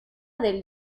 del